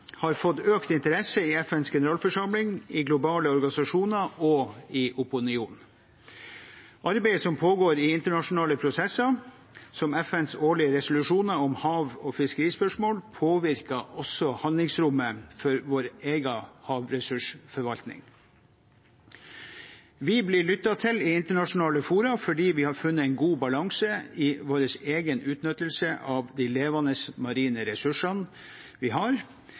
har fått økt interesse i FNs generalforsamling, i globale organisasjoner og i opinionen. Arbeidet som pågår i internasjonale prosesser, som FNs årlige resolusjoner om hav- og fiskerispørsmål, påvirker også handlingsrommet for vår egen havressursforvaltning. Vi blir lyttet til i internasjonale fora fordi vi har funnet en god balanse i vår egen utnyttelse av de levende marine ressursene. Vi